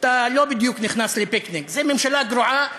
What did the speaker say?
אתה לא בדיוק נכנס לפיקניק, זו ממשלה גרועה,